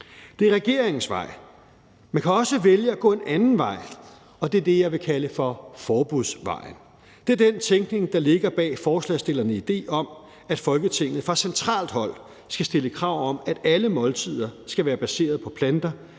Det er regeringens vej. Man kan også vælge at gå en anden vej, og det er det, jeg vil kalde for forbudsvejen. Det er den tænkning, der ligger bag forslagsstillernes idé om, at Folketinget fra centralt hold skal stille krav om, at alle måltider skal være baseret på planter,